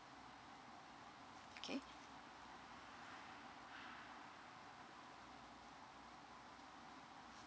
okay